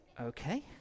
Okay